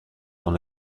dans